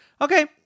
Okay